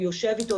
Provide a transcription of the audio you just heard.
הוא יושב איתו,